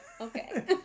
Okay